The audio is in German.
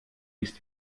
ist